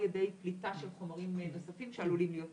ידי פליטה של חומרים נוספים שעלולים להיות מסוכנים.